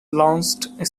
launched